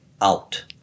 out